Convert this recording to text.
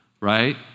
right